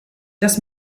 das